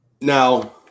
now